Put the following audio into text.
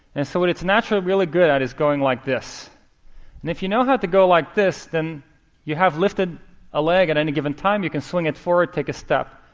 and so what it's naturally really good at is going like this. and if you know how to go like this, then you have lifted a leg at any given time, you can swing it forward, take a step,